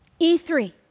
E3